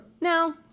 No